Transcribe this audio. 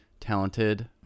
talented